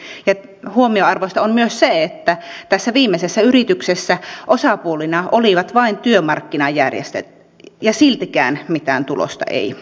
huomionarvoista on myös se että tässä viimeisessä yrityksessä osapuolina olivat vain työmarkkinajärjestöt ja siltikään mitään tulosta ei tullut